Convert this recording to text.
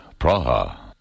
Praha